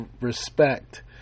respect